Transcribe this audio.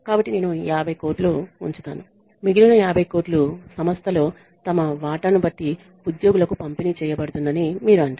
కాబట్టి నేను 50 కోట్లు ఉంచుతాను మిగిలిన 50 కోట్లు సంస్థలో తమ వాటాను బట్టి ఉద్యోగులకు పంపిణీ చేయబడుతుందని మీరు అంటారు